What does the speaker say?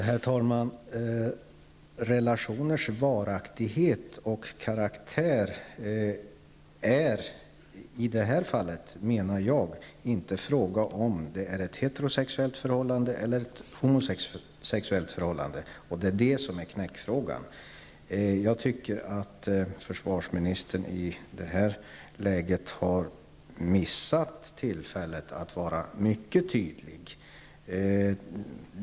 Herr talman! När det gäller relationers varaktighet och karaktär, menar jag att det i det här fallet inte är fråga om huruvida det är ett heterosexuellt förhållande eller ett homosexuellt förhållande. Det är det som är knäckfrågan. Jag tycker att försvarsministern har missat tillfället att vara mycket tydlig.